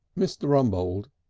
mr. rumbold,